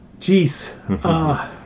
jeez